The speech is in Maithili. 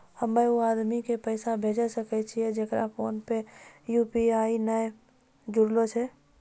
हम्मय उ आदमी के पैसा भेजै सकय छियै जेकरो फोन यु.पी.आई से नैय जूरलो छै?